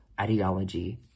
ideology